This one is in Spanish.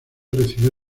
recibió